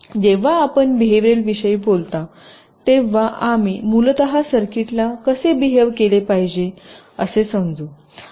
जेव्हा आपण बेहवीयरल विषयी बोलता तेव्हा आम्ही मूलत सर्किटला कसे बेहव केले पाहिजे असे समजू